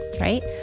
right